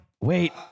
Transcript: Wait